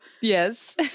yes